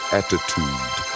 attitude